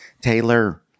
Taylor